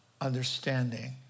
understanding